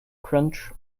crunch